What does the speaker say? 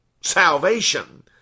salvation